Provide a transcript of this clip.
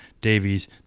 Davies